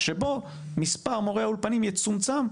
שבו מספר מורי האולפנים יצומצם,